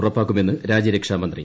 ഉറപ്പാക്കുമെന്ന് രാജ്യരക്ഷാ മന്ത്രി